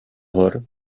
hor